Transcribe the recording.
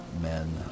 men